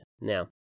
Now